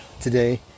today